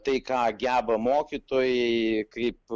tai ką geba mokytojai kaip